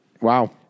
Wow